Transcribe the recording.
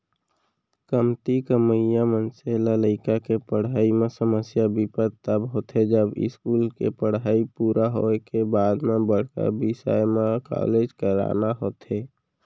कमती कमइया मनसे ल लइका के पड़हई म समस्या बिपत तब होथे जब इस्कूल के पड़हई पूरा होए के बाद म बड़का बिसय म कॉलेज कराना होथे